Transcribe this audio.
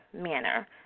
manner